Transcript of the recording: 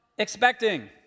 Expecting